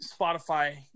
Spotify